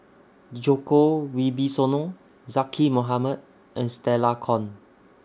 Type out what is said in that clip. Djoko Wibisono Zaqy Mohamad and Stella Kon